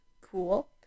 cool